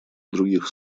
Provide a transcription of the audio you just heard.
других